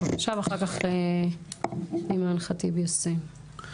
בבקשה ואחר כך אימאן ח'טיב יאסין.